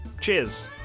Cheers